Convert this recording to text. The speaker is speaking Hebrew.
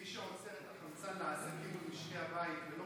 מי שעוצר את החמצן לעסקים ומשקי הבית ולא